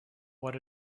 what